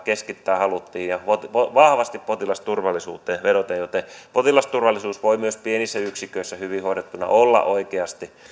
keskittää haluttiin ja vahvasti potilasturvallisuuteen vedoten joten potilasturvallisuus voi myös pienissä yksiköissä hyvin hoidettuna olla oikeasti